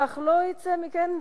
אך לא יצא מכך,